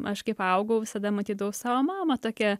aš kaip augau visada matydavau savo mamą tokią